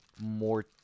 more